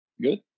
Good